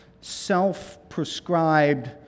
self-prescribed